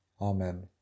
Amen